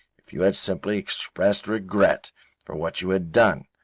if you had simply expressed regret for what you had done,